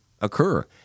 occur